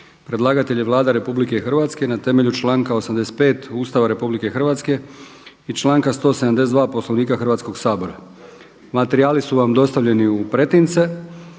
Predlagatelj je Vlada RH na temelju članka 85. Ustava RH i članka 172. Poslovnika Hrvatskoga sabora. Materijali su vam dostavljeni u pretince.